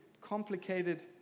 complicated